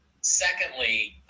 Secondly